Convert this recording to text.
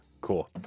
Cool